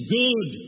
good